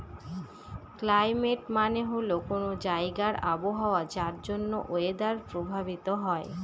climate মানে হল কোনো জায়গার আবহাওয়া যার জন্য ওয়েদার প্রভাবিত হয়